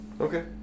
Okay